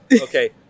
Okay